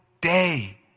day